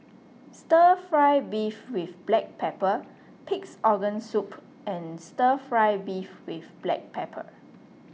Stir Fry Beef with Black Pepper Pig's Organ Soup and Stir Fry Beef with Black Pepper